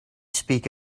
speak